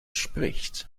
spricht